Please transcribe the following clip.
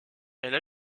elle